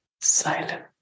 silent